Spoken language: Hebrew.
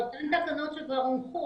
אלה תקנות שכבר הונחו,